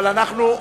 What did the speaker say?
אבל אנחנו,